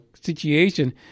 situation